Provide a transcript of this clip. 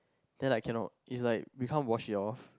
then like cannot it's like we can't wash it off